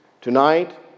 Tonight